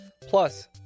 Plus